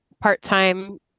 part-time